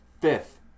fifth